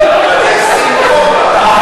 אבל זה סינקופה.